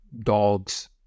dogs